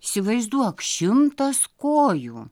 įsivaizduok šimtas kojų